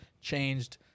changed